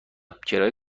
کرایه